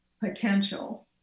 potential